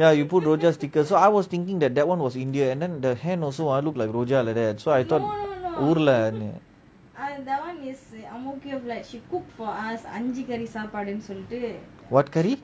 ya you put rojak sticker so I was thinking that that [one] was india and then the hand also I look like rojak like that so I thought ஊருல:uurula what curry